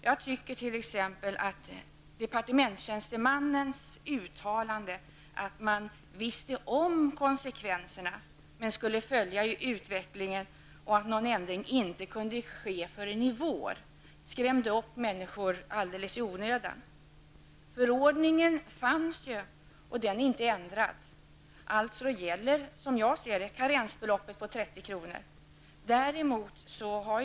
Jag tycker t.ex. att departementstjänstemannens uttalande om att man visste om konsekvenserna, att man skulle följa utvecklingen och att några ändringar inte skulle ske förrän i vår, skrämde upp människor alldeles i onödan. Förordningen fanns ju, och den är inte ändrad. Karensbeloppet på 30 kr. gäller, som jag ser det.